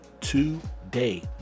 today